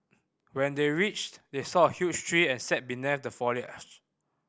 when they reached they saw a huge tree and sat beneath the foliage